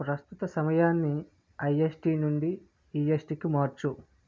ప్రస్తుత సమయాన్ని ఐఎస్టి నుండి ఈఎస్టికి మార్చు